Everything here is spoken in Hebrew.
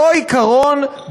אותו עיקרון,